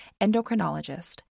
endocrinologist